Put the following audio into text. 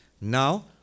Now